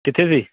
ਕਿੱਥੇ ਸੀ